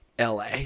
LA